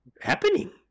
happening